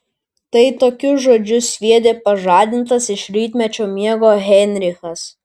tai tokius žodžius sviedė pažadintas iš rytmečio miego heinrichas